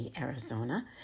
Arizona